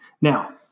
Now